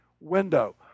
window